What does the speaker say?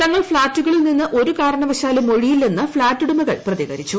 തങ്ങൾ ഫ്ളാറ്റുകളിൽ നിന്ന് ഒരു കാരണവശാലും ഒഴിയില്ലെന്ന് ഫ്ളാറ്റുടമകൾ പ്രതികരിച്ചു